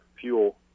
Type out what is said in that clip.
fuel